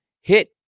hit